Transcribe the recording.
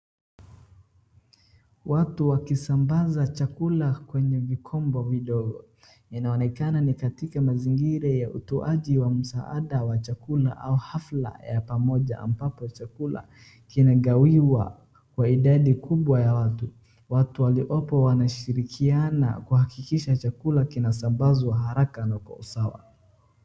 Watu wakisambaza chakula kwenye vikombo vidogo. Inaonekana ni katika mazingira ya utoaji wa msaada wa chakula au hafla ya pamoja ambapo chakula kinagawiwa kwa idadi kubwa ya watu, watu waliopo wanashirikiana kuhakikisha chakula kinasambazwa haraka na kwa usawa.